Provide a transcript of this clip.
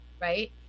right